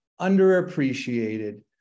underappreciated